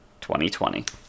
2020